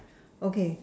okay